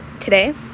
today